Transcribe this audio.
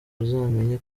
ari